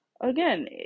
again